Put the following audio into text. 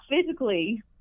physically